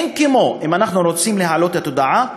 אם אנחנו רוצים להעלות את המודעות,